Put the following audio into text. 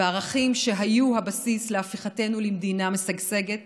וערכים שהיו הבסיס להפיכתנו למדינה משגשגת